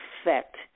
effect